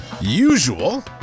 usual